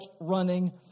running